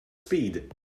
speed